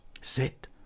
sit